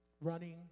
Running